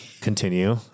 Continue